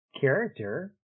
character